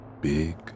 big